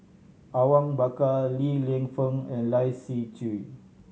Awang Bakar Li Lienfung and Lai Siu Chiu